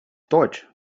deutsch